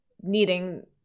needing